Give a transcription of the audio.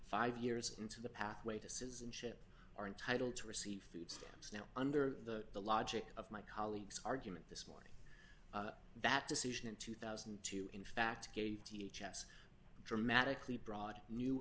five years into the pathway to citizenship are entitled to receive food stamps now under the the logic of my colleagues argument this morning that decision in two thousand and two in fact gave t h s dramatically broad new